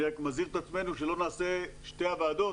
אני רק מזהיר את עצמנו שלא נעשה שתי הוועדות